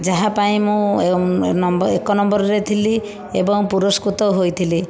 ଯାହା ପାଇଁ ମୁଁ ଏକ ନମ୍ବରରେ ଥିଲି ଏବଂ ପୁରସ୍କୃତ ହୋଇଥଲି